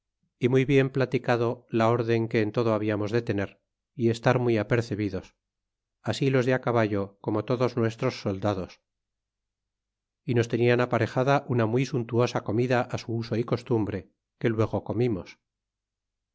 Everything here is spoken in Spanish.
y muy bien platicado la órden que en todo hablamos de tener y estar muy apercebidos así los de caballo como todos nuestros soldados y nos tenian aparejada una muy suntuosa comida su uso é costumbre que luego comimos